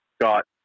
got